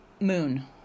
Moon